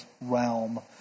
realm